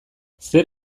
zer